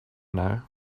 now